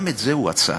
גם את זה הוא עצר.